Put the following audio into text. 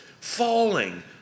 falling